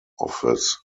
office